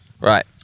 right